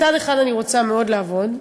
מצד אחד, אני רוצה מאוד לעבוד.